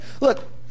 Look